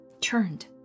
turned